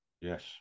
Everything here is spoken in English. Yes